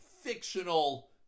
fictional